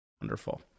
wonderful